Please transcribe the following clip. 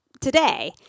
today